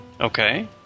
okay